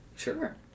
Sure